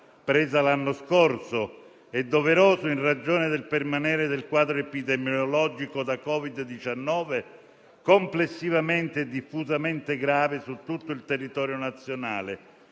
presa l'anno scorso e che ritengo doveroso, in ragione del permanere del quadro epidemiologico da Covid-19 complessivamente e diffusamente grave su tutto il territorio nazionale,